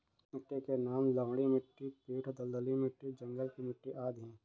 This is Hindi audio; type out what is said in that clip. मिट्टी के नाम लवणीय मिट्टी, पीट दलदली मिट्टी, जंगल की मिट्टी आदि है